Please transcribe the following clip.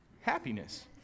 happiness